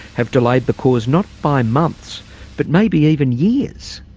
have delayed the cause not by months but maybe even years?